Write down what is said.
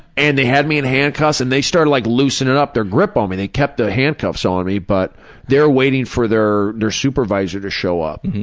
and they had me in handcuffs and they started like loosening up their grip on me. they kept the handcuffs on me but they're waiting for their supervisor to show up.